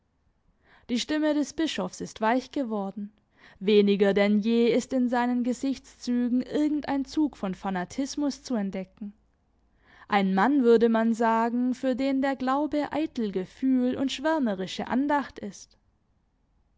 die stimme des bischofs ist weich geworden weniger denn je ist in seinen gesichtszügen irgendein zug von fanatismus zu entdecken ein mann würde man sagen für den der glaube eitel gefühl und schwärmerische andacht ist